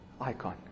Icon